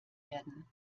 werden